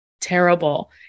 terrible